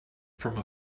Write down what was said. from